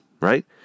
right